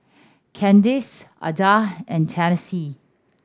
Candyce Adah and Tennessee